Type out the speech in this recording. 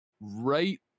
right